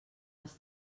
els